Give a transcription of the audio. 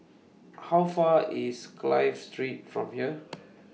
How Far IS Clive Street from here